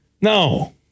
No